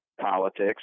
politics